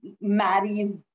marries